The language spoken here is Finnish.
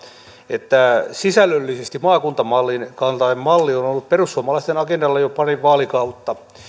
että sisällöllisesti maakuntamallin kaltainen malli on ollut perussuomalaisten agendalla jo pari vaalikautta